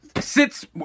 sits